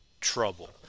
trouble